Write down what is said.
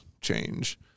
change